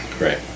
right